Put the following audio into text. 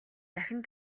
дахин